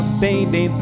baby